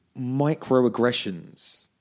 microaggressions